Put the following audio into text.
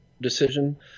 decision